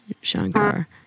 Shankar